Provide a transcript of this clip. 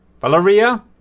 Valeria